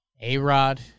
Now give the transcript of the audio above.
A-Rod